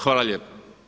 Hvala lijepa.